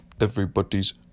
Everybody's